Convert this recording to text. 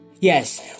Yes